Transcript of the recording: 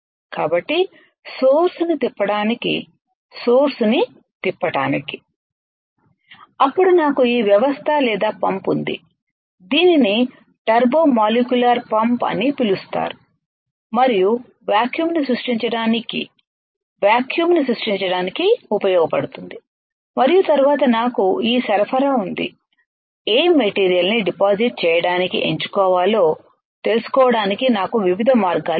కాబట్టి సోర్స్ ని తిప్పడానికి సోర్స్ ని తిప్పడానికి నాకు సోర్స్ రొటేషన్సౌకర్యం ఉంది దీనిని మనం ప్రోగ్రామింగ్ ద్వారా చేయవచ్చు అప్పుడు నాకు ఈ వ్యవస్థ లేదా పంప్ ఉంది దీనిని టర్బో మాలిక్యులర్ పంప్ అని పిలుస్తారు మరియు వాక్యూమ్ ను సృష్టించడానికి వాక్యూమ్ సృష్టించడానికి ఉపయోగపడుతుంది మరియు తరువాత నాకు ఈ సరఫరా ఉంది ఏ మెటీరియల్ ని డిపాజిట్ చేయడానికి ఎంచుకోవాలో తెలుసు కోడానికినాకు వివిధ మార్గాలు ఉన్నాయి